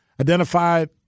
Identified